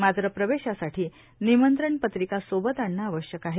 मात्र प्रवेशासाठी निमंत्रण पत्रिका सोबत आणणे आवश्यक आहे